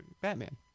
Batman